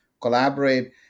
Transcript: collaborate